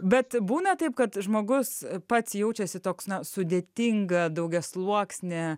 bet būna taip kad žmogus pats jaučiasi toks na sudėtinga daugiasluoksnė